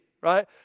right